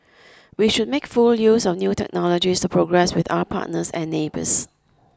we should make full use of new technologies to progress with our partners and neighbours